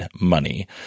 money